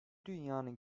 dünyanın